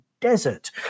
desert